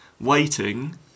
waiting